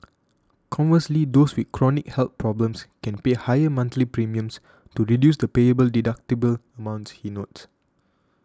conversely those with chronic health problems can pay higher monthly premiums to reduce the payable deductible amounts he notes